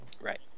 Right